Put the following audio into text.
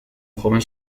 joven